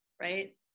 right